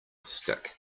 stick